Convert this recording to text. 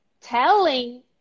telling